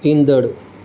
ईंदड़